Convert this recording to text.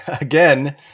again